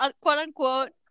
quote-unquote